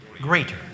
greater